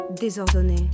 désordonnée